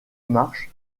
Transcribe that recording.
marches